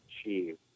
achieve